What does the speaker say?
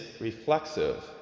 reflexive